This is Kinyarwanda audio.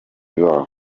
babo